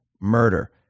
murder